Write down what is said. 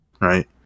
right